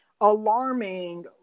alarming